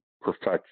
perfection